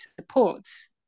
supports